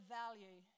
value